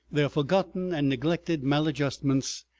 their forgotten and neglected maladjustments,